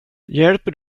hjälper